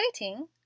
waiting